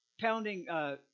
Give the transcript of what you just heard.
pounding